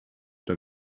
der